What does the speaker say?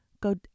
go